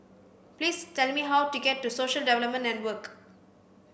please tell me how to get to Social Development Network